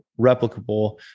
replicable